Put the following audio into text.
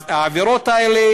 אז העבירות האלה